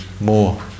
more